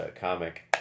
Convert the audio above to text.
comic